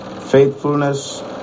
faithfulness